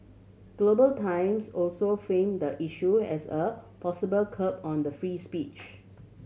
Global Times also frame the issue as a possible curb on the free speech